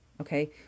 Okay